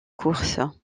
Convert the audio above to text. courses